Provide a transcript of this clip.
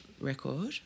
record